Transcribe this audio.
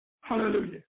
Hallelujah